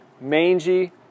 mangy